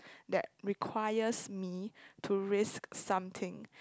that requires me to risk something